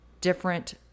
different